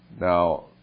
Now